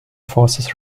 forces